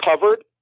covered